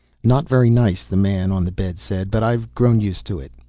not very nice, the man on the bed said, but i've grown used to it.